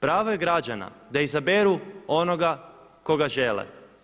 Pravo je građana da izaberu onoga koga žele.